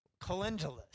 Calendula